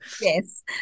Yes